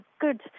good